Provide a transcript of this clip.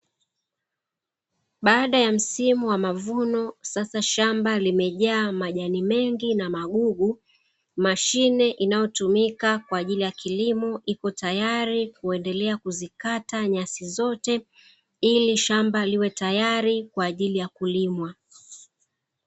Baada ya msimu wa mavuno sasa shamba limejaa majani mengi na magugu. Mashine inayotumika kwa ajili ya kilimo ipo tayari kuendelea kuzikata nyasi zote ili shamba liwe tayari kwa ajili ya kulimwa.